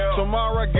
Tomorrow